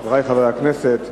חברי חברי הכנסת,